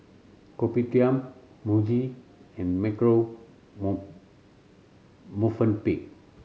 Kopitiam Muji and Marche Movenpick